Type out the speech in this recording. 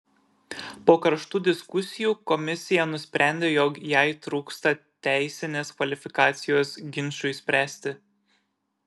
po karštų diskusijų komisija nusprendė jog jai trūksta teisinės kvalifikacijos ginčui spręsti